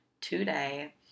today